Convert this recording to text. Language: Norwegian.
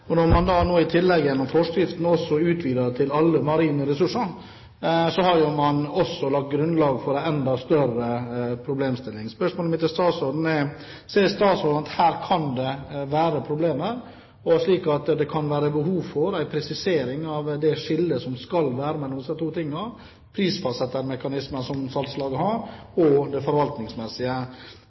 har. Når man i forskriften utvider dette til å gjelde alle marine ressurser, har man også lagt grunnlag for en enda større problemstilling. Mitt første spørsmål til statsråden er: Ser statsråden at det her kan være problemer, så det kan være behov for en presisering av det skillet som skal være mellom disse to tingene, prisfastsettelsen og det forvaltningsmessige?